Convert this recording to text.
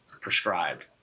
prescribed